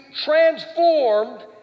transformed